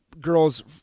girls